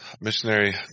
missionary